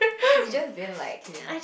you just didn't like him